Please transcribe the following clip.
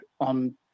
on